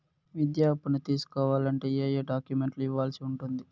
విద్యా అప్పును తీసుకోవాలంటే ఏ ఏ డాక్యుమెంట్లు ఇవ్వాల్సి ఉంటుంది